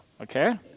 okay